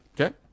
okay